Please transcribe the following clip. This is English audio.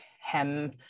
hem